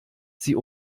sie